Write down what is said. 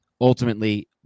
Ultimately